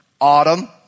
Autumn